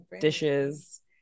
dishes